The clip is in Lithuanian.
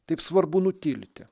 taip svarbu nutilti